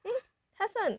mmhmm 他算